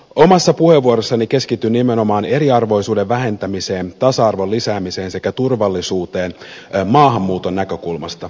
omassa puheenvuorossani keskityn nimenomaan eriarvoisuuden vähentämiseen tasa arvon lisäämiseen sekä turvallisuuteen maahanmuuton näkökulmasta